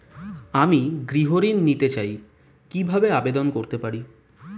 আমি গৃহ ঋণ নিতে চাই কিভাবে আবেদন করতে পারি?